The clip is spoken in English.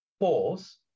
pause